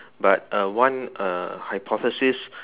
but uh one uh hypothesis